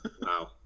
wow